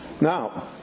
now